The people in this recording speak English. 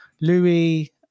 Louis